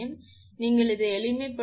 எனவே நீங்கள் எளிமைப்படுத்தினால் அது 1